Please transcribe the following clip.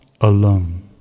alone